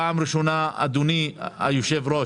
אדוני היושב ראש,